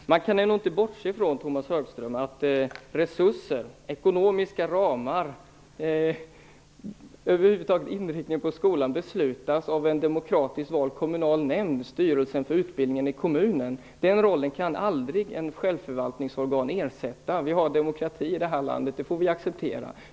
Fru talman! Man kan ändå inte bortse från, Tomas Högström, att resurser, ekonomiska ramar och över huvud taget inriktningen på skolan beslutas av en demokratiskt vald kommunal nämnd, styrelsen för utbildningen i kommunen. Den rollen kan ett självförvaltningsorgan aldrig ersätta. Vi har demokrati i det här landet. Det får vi acceptera.